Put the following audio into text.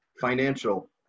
financial